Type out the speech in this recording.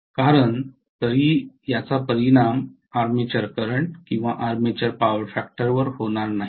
कारण तरीही याचा परिणाम आर्मेचर करंट किंवा आर्मेचर पॉवर फॅक्टरवर होणार नाही